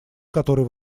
который